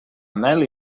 mel